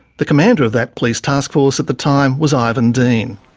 the commander of that police taskforce at the time was ivan dean.